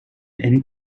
and